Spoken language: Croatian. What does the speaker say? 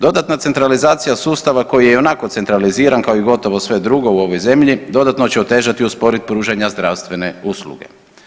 Dodatna centralizacija sustava koja je ionako centraliziran kao i gotovo sve drugo u ovoj zemlji dodatno će otežati i usporiti pružanje zdravstvene usluge.